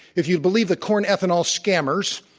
if you'd believe the corn ethanol scammers,